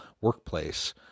workplace